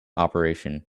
operation